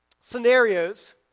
scenarios